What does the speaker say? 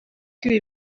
ibi